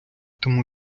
тому